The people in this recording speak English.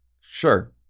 Sure